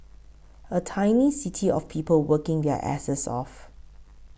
a tiny city of people working their asses off